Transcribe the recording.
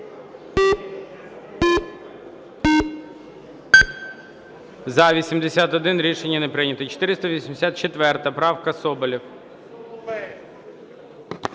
За-81 Рішення не прийнято. І 484 правка, Соболєв.